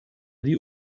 die